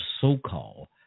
so-called